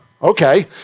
Okay